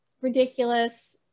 ridiculous